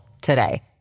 today